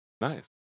Nice